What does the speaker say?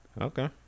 Okay